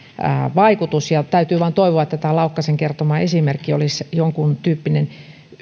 vaikutus täytyy vain toivoa että tämä laukkasen kertoma esimerkki olisi jonkuntyyppinen